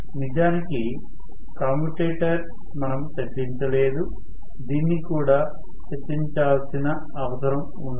నిజానికి కమ్యుటేటర్ మనము చర్చించలేదు దీన్ని కూడా చర్చించాల్సిన అవసరం ఉంది